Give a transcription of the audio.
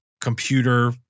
computer